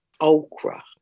Okra